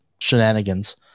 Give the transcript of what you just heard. shenanigans